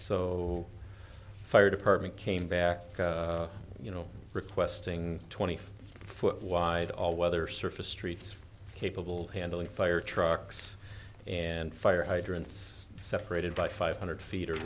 so fire department came back you know requesting twenty foot wide all weather surface streets capable handling fire trucks and fire hydrants separated by five hundred feet or